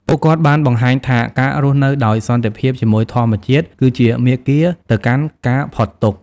ពួកគាត់បានបង្ហាញថាការរស់នៅដោយសន្តិភាពជាមួយធម្មជាតិគឺជាមាគ៌ាទៅកាន់ការផុតទុក្ខ។